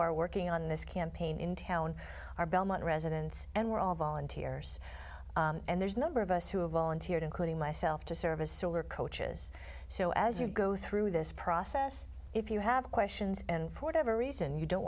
are working on this campaign in town are belmont residents and we're all volunteers and there's a number of us who have volunteered including myself to service solar coaches so as you go through this process if you have questions and for to have a reason you don't